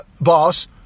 boss